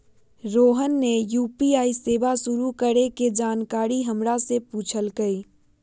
रोहन ने यू.पी.आई सेवा शुरू करे के जानकारी हमरा से पूछल कई